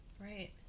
Right